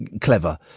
clever